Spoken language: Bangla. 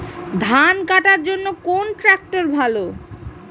ধান কাটার জন্য কোন ট্রাক্টর ভালো?